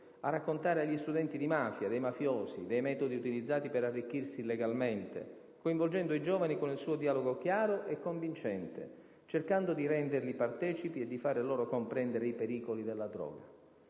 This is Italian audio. a raccontare agli studenti di mafia, dei mafiosi, dei metodi utilizzati per arricchirsi illegalmente, coinvolgendo i giovani con il suo dialogo chiaro e convincente, cercando di renderli partecipi e di fare loro comprendere i pericoli della droga.